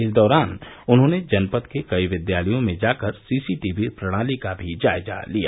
इस दौरान उन्होंने जनपद के कई विद्यालयों में जाकर सीसीटीवी प्रणाली का भी जायजा लिया